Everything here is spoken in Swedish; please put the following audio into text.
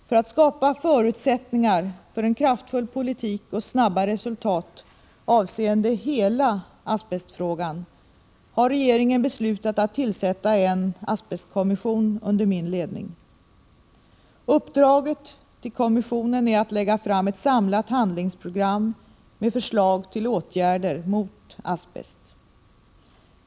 För att skapa förutsättningar för en kraftfull politik och snabba resultat avseende hela asbestfrågan har regeringen beslutat att tillsätta en asbestkommission under min ledning. Uppdraget till kommissionen är att den skall lägga fram ett samlat handlingsprogram med förslag till åtgärder mot asbest.